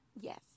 Yes